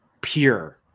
pure